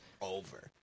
over